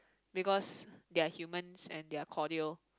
because they are humans and they are cordial